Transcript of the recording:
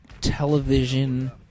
television